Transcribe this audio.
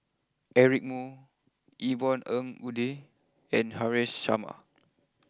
Eric Moo Yvonne Ng Uhde and Haresh Sharma